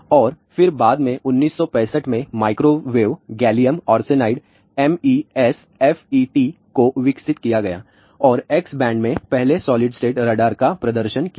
और फिर बाद में 1965 में माइक्रोवेव गैलियम आर्सेनाइड MESFETs को विकसित किया गया और एक्स बैंड में पहले सॉलिड स्टेट रडार का प्रदर्शन किया गया